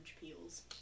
peels